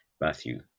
Matthew